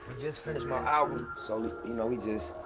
just finished my album. so you know we just